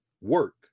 work